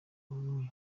bamwe